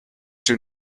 too